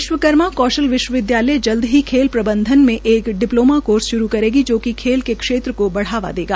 विश्वकर्मा कौशल विश्वविद्यालय जल्द ही खेल प्रबंधन में एक डिप्लोमा कोर्स श्रू करेगी जो कि खेल के क्षेत्र को बढ़ावा देगा